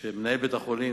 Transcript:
שמנהל בית-החולים,